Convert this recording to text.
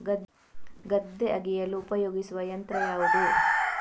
ಗದ್ದೆ ಅಗೆಯಲು ಉಪಯೋಗಿಸುವ ಯಂತ್ರ ಯಾವುದು?